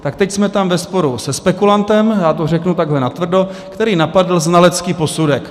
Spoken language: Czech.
Tak teď jsme tam ve sporu se spekulantem, já to řeknu takhle natvrdo, který napadl znalecký posudek.